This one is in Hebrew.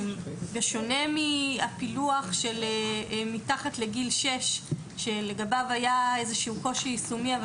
בשונה מהפילוח של מתחת לגיל שש שלגביו היה איזשהו קושי יישומי אבל